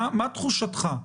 מה תחושתך?